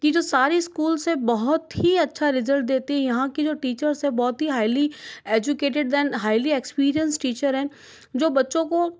कि ये जो सारे स्कूल्स है बहुत ही अच्छा रिज़ल्ट देते हैं यहाँ के जो टीचर्स हैं बहुत ही highly educated then highly experienced teacher हैं जो बच्चों को